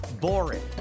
boring